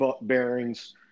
bearings